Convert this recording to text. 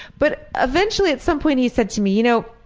but eventually at some point he said to me you know,